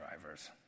drivers